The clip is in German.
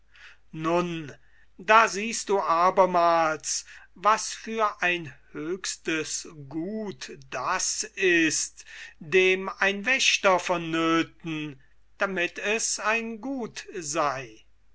nun da siehst du abermals was für ein höchstes gut das ist dem ein wächter von nöthen damit es ein gut sei